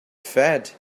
fed